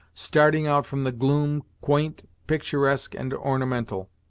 starting out from the gloom, quaint, picturesque and ornamental.